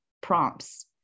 prompts